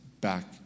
back